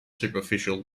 superficial